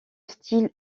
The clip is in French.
style